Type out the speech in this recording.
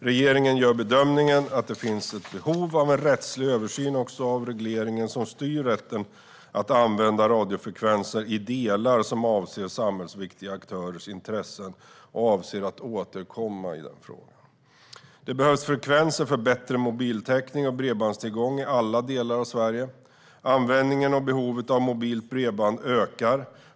Regeringen gör bedömningen att det finns behov av en rättslig översyn av den reglering som styr rätten att använda radiofrekvenser i delar som avser samhällsviktiga aktörers intressen och avser att återkomma i frågan. Det behövs frekvenser för bättre mobiltäckning och bredbandstillgång i alla delar av Sverige. Användningen och behovet av mobilt bredband ökar.